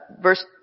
Verse